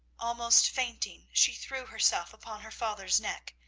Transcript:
almost fainting, she threw herself upon her father's neck,